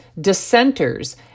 dissenters